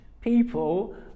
people